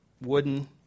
wooden